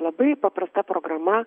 labai paprasta programa